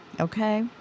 Okay